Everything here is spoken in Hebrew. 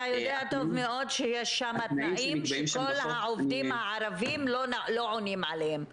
אתה יודע טוב מאוד שיש שם תנאים שכל העובדים הערבים לא עונים עליהם.